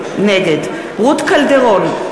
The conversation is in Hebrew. נגד רות קלדרון,